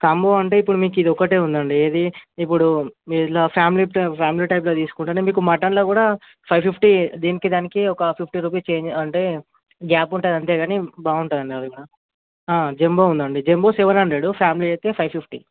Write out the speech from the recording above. combo అంటే ఇప్పుడు మీకు ఇది ఒక్కటే ఉందండీ ఏదీ ఇప్పుడు మీరు ఇలా ఫ్యామిలీ ఫ్యామిలీ టైప్లో తీసుకుంటూనే మీకు మటన్లో కూడా ఫైవ్ ఫిఫ్టీ దీనికి దానికి ఒక ఫిఫ్టీ రూపీస్ చేంజ్ అంటే గ్యాప్ ఉంటుంది అంతేకానీ బాగుంటుంది అండి అది కూడా జంబో ఉంది అండి అది జంబో సెవన్ హండ్రెడ్ ఫ్యామిలీ అయితే ఫైవ్ ఫిఫ్టీ